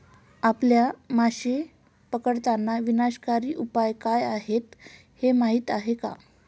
आपल्या मासे पकडताना विनाशकारी उपाय काय आहेत हे माहीत आहे का?